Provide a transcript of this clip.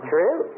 True